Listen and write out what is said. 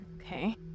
Okay